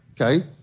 Okay